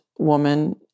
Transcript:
woman